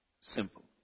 Simple